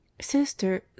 Sister